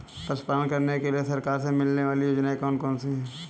पशु पालन करने के लिए सरकार से मिलने वाली योजनाएँ कौन कौन सी हैं?